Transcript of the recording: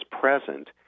present